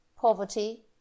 poverty